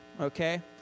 okay